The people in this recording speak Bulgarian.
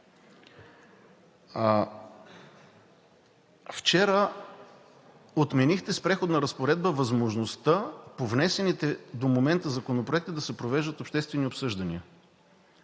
Вчера отменихте с Преходна разпоредба възможността по внесените до момента законопроекти да се провеждат обществени обсъждания.